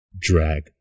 drag